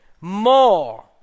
more